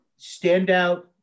standout